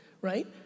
right